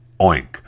oink